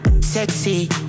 sexy